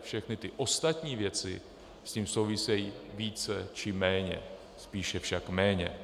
Všechny ty ostatní věci s tím souvisejí více či méně, spíše však méně.